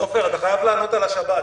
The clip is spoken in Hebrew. סופר, אתה חייב לענות על השבת.